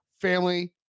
family